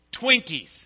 Twinkies